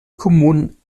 kommunen